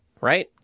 right